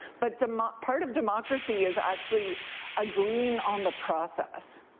but um ah part of democracy is actually agreeing on the process.